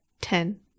ten